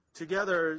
together